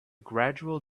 gradual